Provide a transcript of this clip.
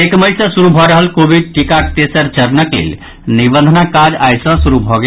एक मई सँ शुरू भऽ रहल कोविड टीकाक तेसर चरणक लेल निबंधनक काज आई शुरू भऽ गेल